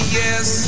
yes